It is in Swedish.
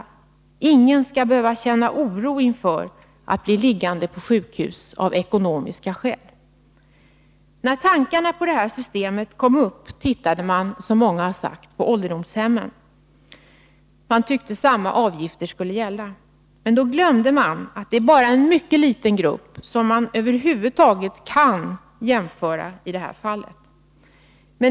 Ingen skall av ekonomiska skäl behöva känna oro inför att bli liggande på sjukhus. När tankarna på det här systemet kom upp tittade man, som många har sagt, på ålderdomshemmen. Man tyckte att samma avgifter skulle gälla. Men man glömde då att det bara är en mycket liten grupp som över huvud taget skulle kunna komma i fråga för jämförelse.